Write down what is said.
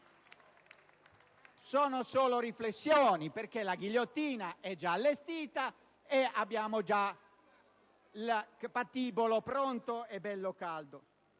Sono solo riflessioni, perché la ghigliottina è già allestita e abbiamo già il patibolo pronto e bello caldo!